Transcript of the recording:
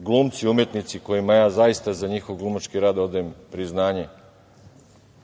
glumci, umetnici, kojima ja zaista za njihov glumački rad odajem priznanje,